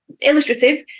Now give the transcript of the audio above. illustrative